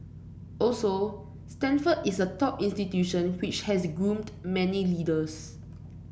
also Stanford is a top institution which has groomed many leaders